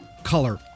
color